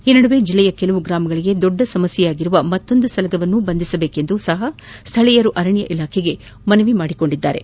ಈ ನಡುವೆ ಜಿಲ್ಲೆಯ ಕೆಲವು ಗ್ರಾಮಗಳಿಗೆ ದೊಡ್ಡ ಸಮಸ್ಯೆಯಾಗಿರುವ ಮತ್ತೊಂದು ಸಲಗವನ್ನು ಬಂಧಿಸಬೇಕೆಂದೂ ಸಹ ಸ್ವಳೀಯರು ಅರಣ್ಯ ಇಲಾಖೆಗೆ ಮನವಿ ಮಾಡಿದ್ದಾರೆ